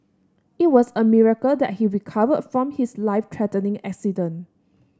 it was a miracle that he recovered from his life threatening accident